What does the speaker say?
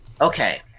Okay